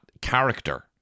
character